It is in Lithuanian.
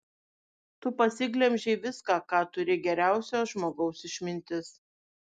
tu pasiglemžei viską ką turi geriausio žmogaus išmintis